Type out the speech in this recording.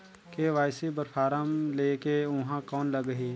KYC बर फारम ले के ऊहां कौन लगही?